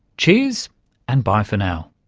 cheers and bye for now